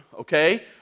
okay